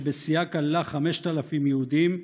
שבשיאה כללה 5,000 יהודים,